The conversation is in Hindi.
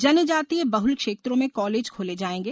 जनजातीय बहुल क्षेत्रों में कॉलेज खोले जाएंगे